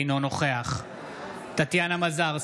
אינו נוכח טטיאנה מזרסקי,